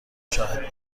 شاهد